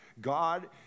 God